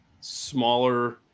smaller